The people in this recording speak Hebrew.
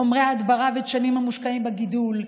חומרי ההדברה ודשנים המושקעים בגידול,